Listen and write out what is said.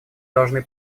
должны